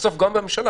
גם בממשלה,